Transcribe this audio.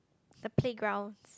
it's a playground